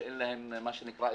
אנשים שאין להם אזרחות.